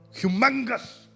Humongous